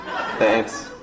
Thanks